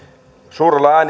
suurella